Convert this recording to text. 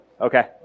Okay